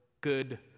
good